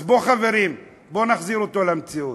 אז בואו, חברים, בואו נחזיר אותו למציאות,